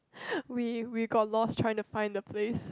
we we got lost trying to find the place